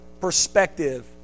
perspective